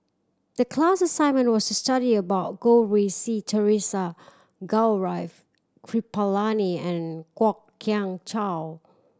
the class assignment was to study about Goh Rui Si Theresa Gaurav Kripalani and Kwok Kian Chow